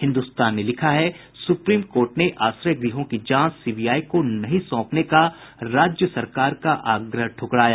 हिन्दुस्तान ने लिखा है सुप्रीम कोर्ट ने आश्रय गृहों की जांच सीबीआई को नहीं सौंपने का राज्य सरकार का आग्रह ठुकराया